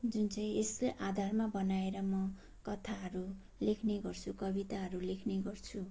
जुन चाहिँ यसकै आधारमा बनाएर म कथाहरू लेख्ने गर्छु कविताहरू लेख्ने गर्छु